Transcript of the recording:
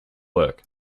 work